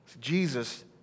Jesus